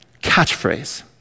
catchphrase